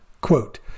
Quote